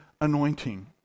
anointing